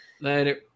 Later